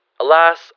Alas